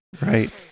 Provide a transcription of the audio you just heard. Right